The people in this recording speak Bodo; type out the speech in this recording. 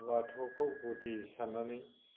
बाथौखौ गुदि साननानै